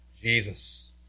Jesus